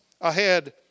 ahead